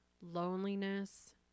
loneliness